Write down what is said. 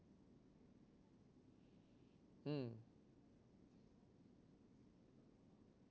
mm